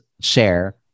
share